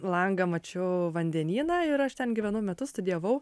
langą mačiau vandenyną ir aš ten gyvenau metus studijavau